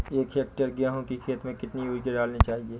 एक हेक्टेयर गेहूँ की खेत में कितनी यूरिया डालनी चाहिए?